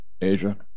Asia